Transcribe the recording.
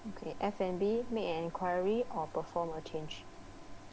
okay F and B made an enquiry or perform a change